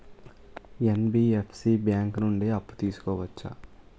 NBFC bank నుండి అప్పు తీసుకోవచ్చా?